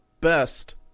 best